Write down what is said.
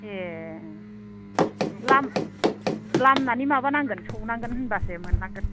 ए लामनानै माबानांगोन सौनांगोन होमबा मोनलांगोन